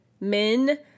men